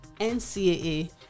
NCAA